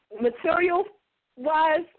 Material-wise